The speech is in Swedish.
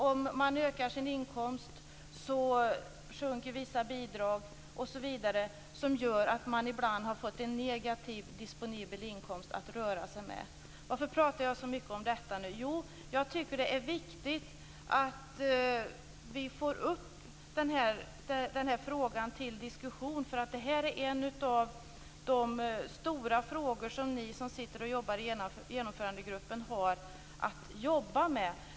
Om man ökar sin inkomst sjunker vissa bidrag osv. Det gör att man ibland har fått en negativ disponibel inkomst att röra sig med. Varför pratar jag nu så mycket om detta? Jo, jag tycker att det är viktigt att vi får upp den här frågan till diskussion. Detta är nämligen en av de stora frågor som ni som sitter i Genomförandegruppen har att jobba med.